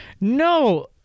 No